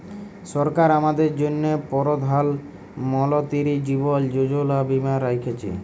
সরকার আমাদের জ্যনহে পরধাল মলতিরি জীবল যোজলা বীমা রাখ্যেছে